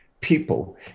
people